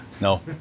No